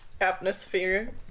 atmosphere